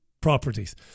properties